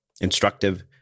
instructive